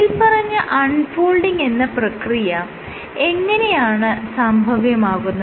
മേല്പറഞ്ഞ unfolding എന്ന പ്രക്രിയ എങ്ങനെയാണ് സംഭവ്യമാകുന്നത്